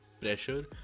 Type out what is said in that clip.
pressure